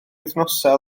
wythnosau